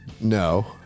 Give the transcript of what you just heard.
No